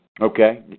Okay